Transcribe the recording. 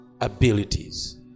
Abilities